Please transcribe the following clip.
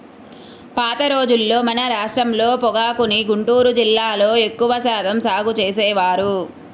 పాత రోజుల్లో మన రాష్ట్రంలో పొగాకుని గుంటూరు జిల్లాలో ఎక్కువ శాతం సాగు చేసేవారు